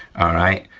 all right.